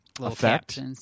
effect